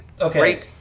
Okay